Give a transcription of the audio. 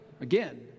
again